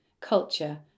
culture